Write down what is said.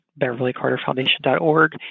beverlycarterfoundation.org